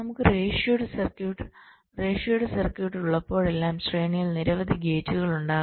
നമുക്ക് ratioed circuit ഉള്ളപ്പോഴെല്ലാം ശ്രേണിയിൽ നിരവധി ഗേറ്റുകൾ ഉണ്ടാകും